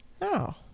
No